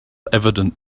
evident